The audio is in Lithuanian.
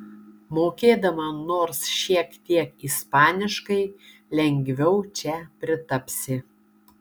mokėdama nors šiek tiek ispaniškai lengviau čia pritapsi